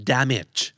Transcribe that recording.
Damage